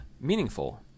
meaningful